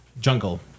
Jungle